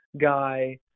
guy